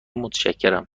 متشکرم